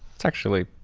it's actually